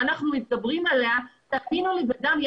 ואנחנו מתגברים עליה תאמינו לי בדם,